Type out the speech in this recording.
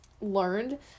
learned